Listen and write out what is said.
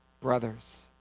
brothers